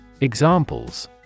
Examples